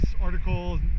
articles